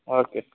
okay